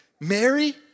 Mary